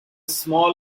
small